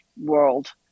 world